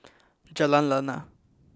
Jalan Lana